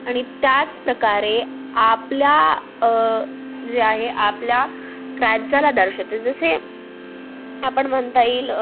आणि त्याच प्रकारे आपल्या जे आहे आपल्या राज्याला दर्शते जसे आपण म्हणता येईल